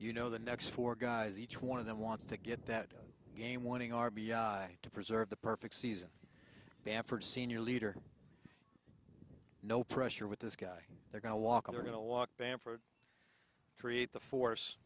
you know the next four guys each one of them wants to get that game winning r b i to preserve the perfect season baffert senior leader no pressure with this guy they're going to walk i'm going to walk bamford create the force